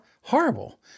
horrible